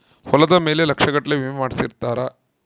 ಹೊಲದ ಮೇಲೆ ಲಕ್ಷ ಗಟ್ಲೇ ವಿಮೆ ಮಾಡ್ಸಿರ್ತಾರ